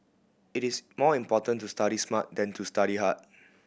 it is more important to study smart than to study hard